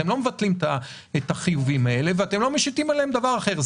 אתם לא מבטלים את החיובים האלה ואתם לא משיתים עליהם דבר אחר.